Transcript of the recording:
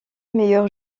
meilleur